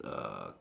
uh